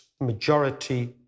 majority